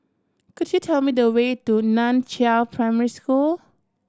could you tell me the way to Nan Chiau Primary School